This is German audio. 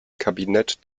kabinett